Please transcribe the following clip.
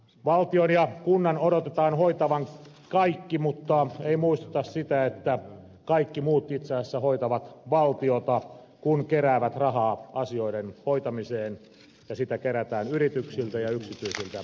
valtion ja kuntien odotetaan hoitavan kaikki mutta ei muisteta sitä että kaikki muut itse asiassa hoitavat valtiota kun keräävät rahaa asioiden hoitamiseen ja sitä kerätään yrityksiltä ja yksityisiltä henkilöiltä